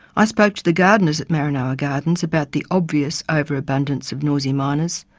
i spoke to the gardeners at maranoa gardens about the obvious overabundance of noisy miners.